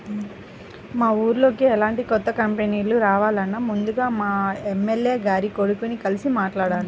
మా ఊర్లోకి ఎలాంటి కొత్త కంపెనీలు రావాలన్నా ముందుగా మా ఎమ్మెల్యే గారి కొడుకుని కలిసి మాట్లాడాలి